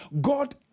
God